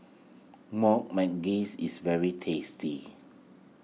Manggis is very tasty